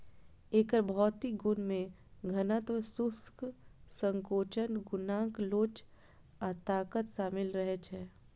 एकर भौतिक गुण मे घनत्व, शुष्क संकोचन गुणांक लोच आ ताकत शामिल रहै छै